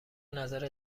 نظر